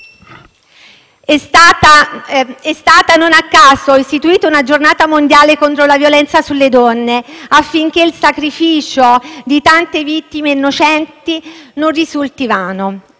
È stata, non a caso, istituita una giornata mondiale contro la violenza sulle donne, affinché il sacrificio di tante vittime innocenti non risulti vano.